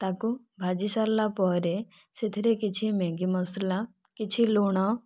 ତାକୁ ଭାଜିସାରିଲା ପରେ ସେଥିରେ କିଛି ମ୍ୟାଗି ମସଲା କିଛି ଲୁଣ